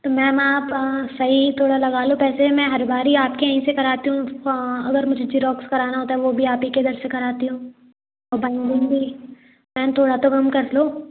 तो मैम आप सही थोड़ा लगा लो वैसे मैं हर बार ही आपके यहीं से कराती हूँ अगर मुझे जिरौक्स कराना होता है तो वो भी आप ही के इधर से कराती हूँ और बाइंडिंग भी मैम थोड़ा तो कम कर लो